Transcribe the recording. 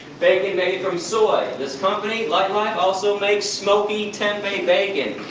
bacon made from soy. this company, lightlife, also makes smoky tempeh bacon.